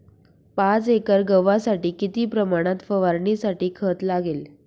पाच एकर गव्हासाठी किती प्रमाणात फवारणीसाठी खत लागेल?